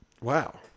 Wow